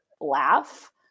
laugh